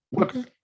Okay